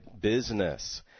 business